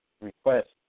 request